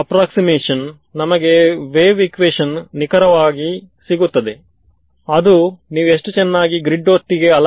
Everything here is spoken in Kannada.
ಸೋ ನಾನು ಕೇವಲ ಸ್ಕ್ಯಾಟರ್ಡ್ ಫೀಲ್ಡ್ ನ ಲೆಕ್ಕಾಚಾರ ಮಾತ್ರ ಮಾಡುತ್ತಿದ್ದೇನೆ